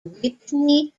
witney